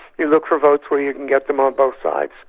you look for votes where you can get them on both sides.